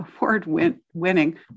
award-winning